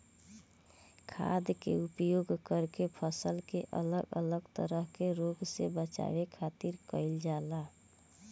खाद्य के उपयोग करके फसल के अलग अलग तरह के रोग से बचावे खातिर कईल जाला